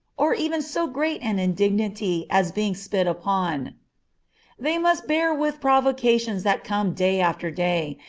or even so great an indignity as being spit upon they must bear with provocations that come day after day,